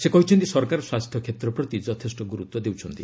ସେ କହିଛନ୍ତି ସରକାର ସ୍ୱାସ୍ଥ୍ୟ କ୍ଷେତ୍ର ପ୍ରତି ଯଥେଷ୍ଟ ଗୁରୁତ୍ୱ ଦେଇଛନ୍ତି